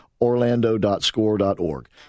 Orlando.score.org